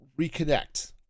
reconnect